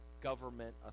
government